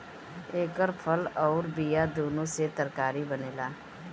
एकर फल अउर बिया दूनो से तरकारी बनेला